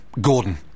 Gordon